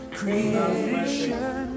creation